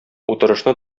утырышны